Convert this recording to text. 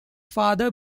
father